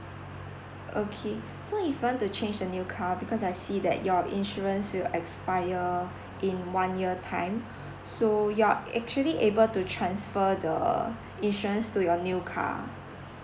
okay so even you've to change to the new car because I see that your insurance will expire in one year time so you're actually able to transfer the insurance to your new car